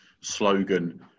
slogan